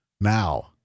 Now